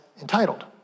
entitled